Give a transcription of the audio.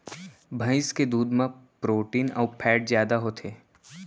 भईंस के दूद म प्रोटीन अउ फैट जादा होथे